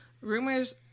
rumors